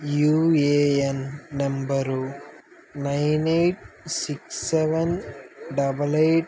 UAN number nine eight six seven double eight